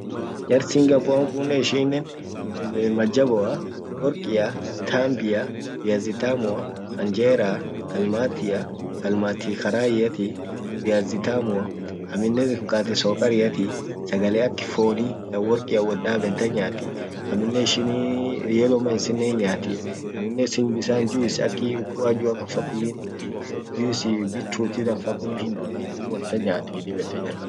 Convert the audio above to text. Jar Singapore an kunnen ishinnen mjaboa, workia, tambia, viazi tamua, hanjera kalmatia,, kalmati karaiati, viazi tamua, amminen mkate sokariati, sagale ak foni, taworkia wot daben tan nyaati. Amminen ishin yellowmice innen hinyaati, bisan juice aki, ukwajua kan fa kulli hindudhi juice beetroot kan fa kulli hindudhi, dub wontan nyaati.